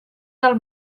del